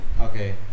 Okay